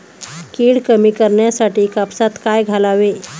कीड कमी करण्यासाठी कापसात काय घालावे?